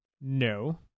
no